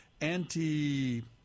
anti